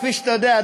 כפי שאתה יודע,